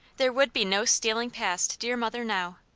there would be no stealing past dear mother now!